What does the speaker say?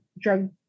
drug